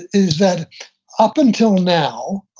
is that up until now,